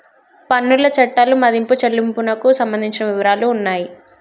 పన్నుల చట్టాలు మదింపు చెల్లింపునకు సంబంధించిన వివరాలు ఉన్నాయి